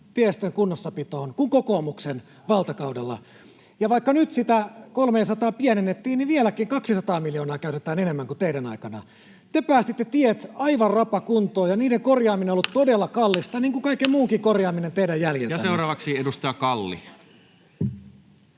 tiestön kunnossapitoon kuin kokoomuksen valtakaudella, ja vaikka nyt sitä 300:aa pienennettiin, niin vieläkin 200 miljoonaa käytetään enemmän kuin teidän aikana. Te päästitte tiet aivan rapakuntoon, ja niiden korjaaminen on ollut todella kallista, niin kuin kaiken muunkin korjaaminen teidän jäljiltänne. Ja seuraavaksi edustaja Kalli.